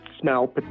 smell